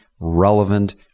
relevant